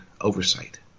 oversight